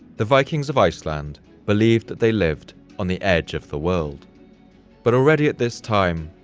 the vikings of iceland believed that they lived on the edge of the world but already at this time,